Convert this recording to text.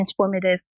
transformative